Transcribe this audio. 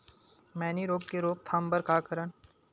मैनी रोग के रोक थाम बर का करन?